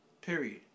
Period